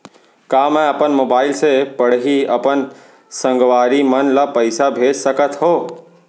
का मैं अपन मोबाइल से पड़ही अपन संगवारी मन ल पइसा भेज सकत हो?